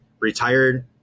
retired